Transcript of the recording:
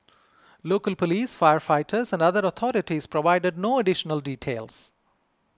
local police firefighters and other authorities provided no additional details